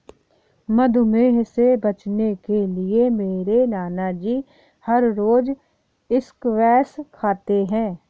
मधुमेह से बचने के लिए मेरे नानाजी हर रोज स्क्वैश खाते हैं